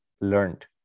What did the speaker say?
learned